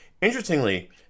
Interestingly